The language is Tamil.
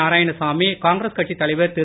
நாராயணசாமி காங்கிரஸ் கட்சித் தலைவர் திரு